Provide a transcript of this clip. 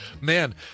man